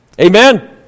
Amen